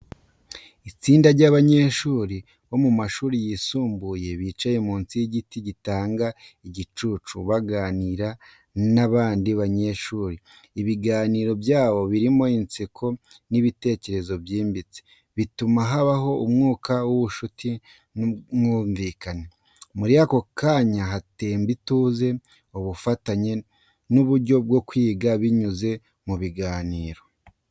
Itsinda ry’abanyeshuri bo mu mashuri yisumbuye bicaye munsi y’igiti gitanga igicucu, baganira n’abandi banyeshuri. Ibiganiro byabo birimo inseko n’ibitekerezo byimbitse, bituma habaho umwuka w’ubushuti n’ubwumvikane. Muri ako kanya hatemba ituze, ubufatanye, n’uburyo bwo kwiga binyuze mu biganiro.